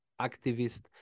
activist